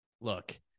Look